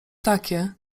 takie